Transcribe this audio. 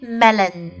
melon